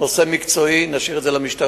זה נושא מקצועי, נשאיר את זה למשטרה.